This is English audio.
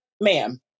ma'am